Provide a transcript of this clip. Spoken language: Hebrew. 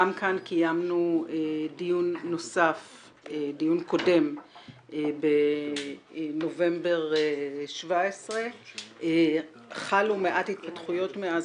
גם כאן קיימנו דיון קודם בנובמבר 2017. חלו מעט התפתחויות מאז